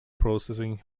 processing